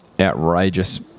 Outrageous